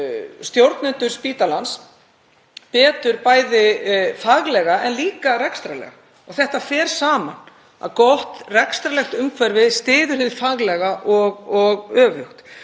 stjórnendur spítalans betur, bæði faglega en líka rekstrarlega. Þetta fer saman. Gott rekstrarlegt umhverfi styður hið faglega og öfugt.